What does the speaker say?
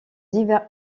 divers